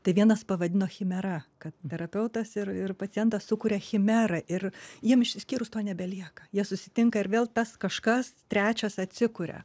tai vienas pavadino chimera kad terapeutas ir ir pacientas sukuria chimerą ir jiem išsiskyrus to nebelieka jie susitinka ir vėl tas kažkas trečias atsikuria